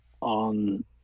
on